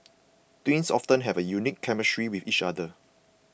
twins often have a unique chemistry with each other